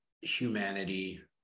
humanity